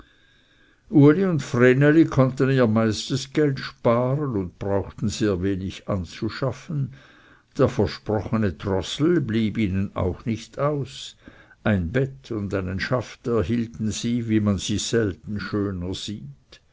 uli und vreneli konnten ihr meistes geld sparen und brauchten sehr wenig anzuschaffen der versprochene trossel blieb ihnen auch nicht aus ein bett und einen schaft erhielten sie wie man sie selten schöner sieht